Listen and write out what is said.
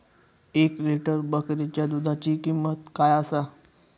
एक लिटर बकरीच्या दुधाची किंमत काय आसा?